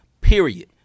period